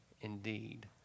indeed